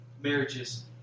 marriages